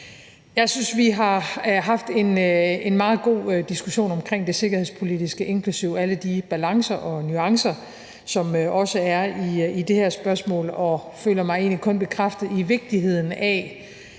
Jeg synes, vi har haft en meget god diskussion om det sikkerhedspolitiske inklusive alle de balancer og nuancer, der også er i det spørgsmål, og jeg føler mig egentlig kun bekræftet i vigtigheden af